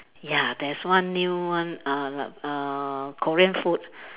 ya there's one new one uh uh Korean food